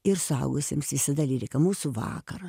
ir suaugusiems visada lyrika mūsų vakaras